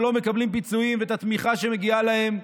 שלא מקבלים פיצויים ואת התמיכה שמגיעה להם,